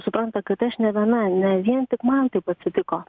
supranta kad aš ne viena ne vien tik man taip atsitiko